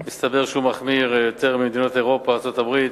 מסתבר שהוא מחמיר יותר ממדינות אירופה וארצות-הברית.